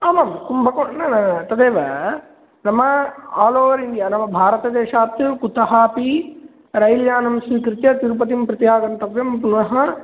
आमामां कुम्भको न न तदेव नाम आलोवर् इण्डिया नाम भारतदेशात् कुतः अपि रैल्यानं स्वीकृत्य तिरुपतिं प्रति आगन्तव्यं पुनः